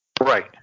Right